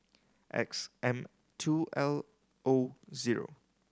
X M two L O zero